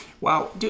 Wow